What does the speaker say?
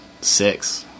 six